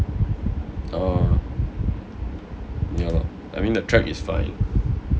oh ya lor I mean the track is fine